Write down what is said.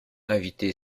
invité